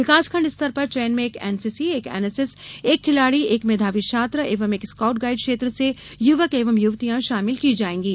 विकासखण्ड स्तर पर चयन में एक एनसीसी एक एनएसएस एक खिलाड़ी एक मेधावी छात्र व एक स्काउट गाइड क्षेत्र से युवक व युवतियां शामिल की जायेंगीं